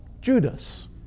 Judas